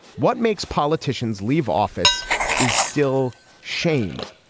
what makes politicians leave office is still shame.